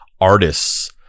artists